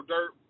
Dirt